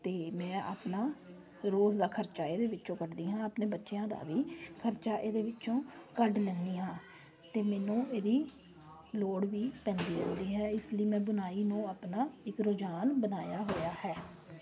ਅਤੇ ਮੈਂ ਆਪਣਾ ਰੋਜ਼ ਦਾ ਖ਼ਰਚਾ ਇਹਦੇ ਵਿੱਚੋਂ ਕੱਢਦੀ ਹਾਂ ਆਪਣੇ ਬੱਚਿਆਂ ਦਾ ਵੀ ਖ਼ਰਚਾ ਇਹਦੇ ਵਿੱਚੋਂ ਕੱਢ ਲੈਂਦੀ ਹਾਂ ਅਤੇ ਮੈਨੂੰ ਇਹਦੀ ਲੋੜ ਵੀ ਪੈਂਦੀ ਰਹਿੰਦੀ ਹੈ ਇਸ ਲਈ ਮੈਂ ਬੁਣਾਈ ਨੂੰ ਆਪਣਾ ਇੱਕ ਰੁਝਾਨ ਬਣਾਇਆ ਹੋਇਆ ਹੈ